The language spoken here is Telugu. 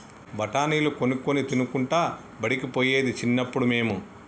బఠాణీలు కొనుక్కొని తినుకుంటా బడికి పోయేది చిన్నప్పుడు మేము